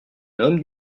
homme